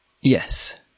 Yes